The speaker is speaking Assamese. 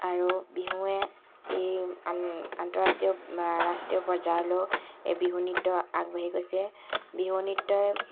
আৰু বিহুৱে এই আন আন্তঃৰাষ্ট্ৰীয় ৰাষ্ট্ৰীয় পৰ্যায়লৈও এই বিহু নৃত্য আগবাঢ়ি গৈছে বিহু নৃত্যই